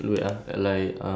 okay how about you